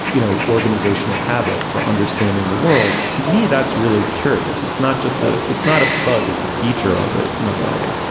you know, organizational habit for understanding the world to me, that's really curious. it's not just the it's not a bug, it's a feature of it. in a way,